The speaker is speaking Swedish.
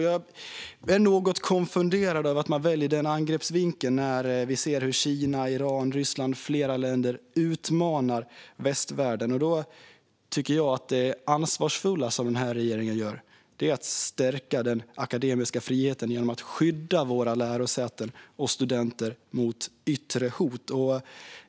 Jag är något konfunderad över att man väljer den angreppsvinkeln när vi ser hur Kina, Iran, Ryssland med flera länder utmanar västvärlden. Jag tycker att det är ansvarsfullt av den här regeringen att stärka den akademiska friheten genom att skydda våra lärosäten och studenter mot yttre hot.